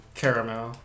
caramel